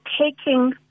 taking